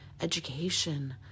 education